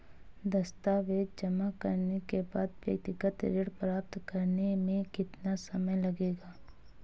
दस्तावेज़ जमा करने के बाद व्यक्तिगत ऋण प्राप्त करने में कितना समय लगेगा?